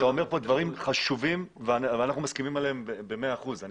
אתה אומר כאן דברים חשובים ואנחנו מסכימים עליהם במאה אחוזים.